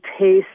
taste